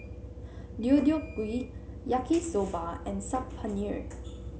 Deodeok Gui Yaki Soba and Saag Paneer